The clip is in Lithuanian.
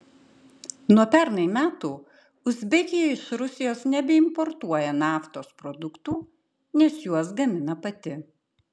nuo pernai metų uzbekija iš rusijos nebeimportuoja naftos produktų nes juos gamina pati